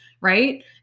right